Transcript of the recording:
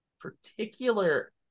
particular